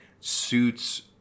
suits